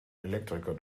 elektriker